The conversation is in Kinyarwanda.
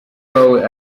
wawe